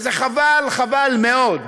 וזה חבל, חבל מאוד.